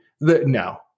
no